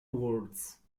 words